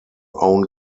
own